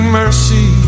mercy